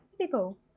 people